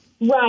Right